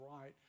right